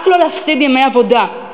רק לא להפסיד ימי עבודה,